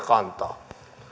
kantaa